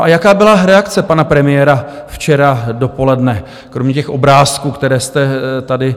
A jaká byla reakce pana premiéra včera dopoledne, kromě těch obrázků, které jste tady vyvěsili?